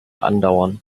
andauern